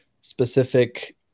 specific